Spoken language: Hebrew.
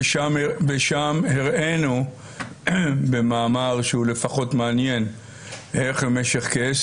ושם הראנו במאמר שהוא לפחות מעניין איך במשך כ-10